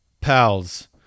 pals